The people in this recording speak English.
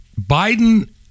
Biden